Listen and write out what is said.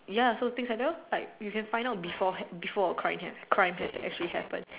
ya so things like that lor like you can find out beforehand before a crime has crime has actually happen